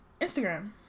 Instagram